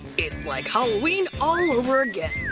it's like halloween all over again.